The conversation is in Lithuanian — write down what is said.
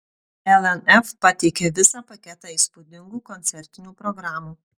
lnf pateikė visą paketą įspūdingų koncertinių programų